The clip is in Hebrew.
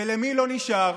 ולמי לא נשאר?